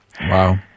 Wow